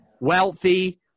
wealthy